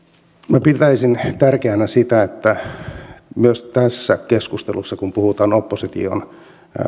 minä pitäisin tärkeänä sitä että myös tässä keskustelussa kun puhutaan opposition